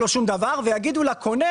ויגידו לקונה,